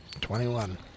Twenty-one